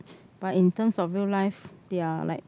but in terms of real life they are like